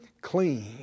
clean